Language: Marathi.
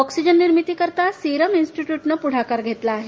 ऑक्सीजन निर्मितीकरिता सीरम इन्स्टिट्यूटने पुढाकार घेतला आहे